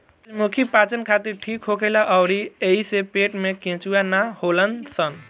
सूरजमुखी पाचन खातिर ठीक होखेला अउरी एइसे पेट में केचुआ ना होलन सन